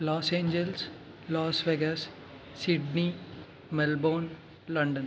Los Angeles Las Vegas Sydney Melbourne London